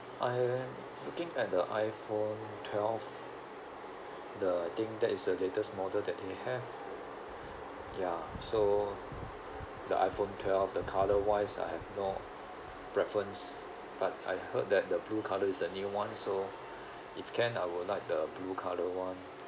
I'm looking at the iphone twelve the think that is the latest model that they have ya so the iphone twelve the colour wise I have no preference but I heard that the blue colour is the new one so if can I would like the blue colour one